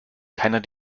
keiner